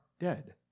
dead